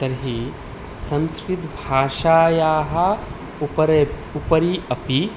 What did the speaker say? तर्हि संस्कृतभाषायाः उपरि उपरि अपि